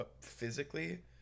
physically